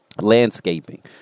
landscaping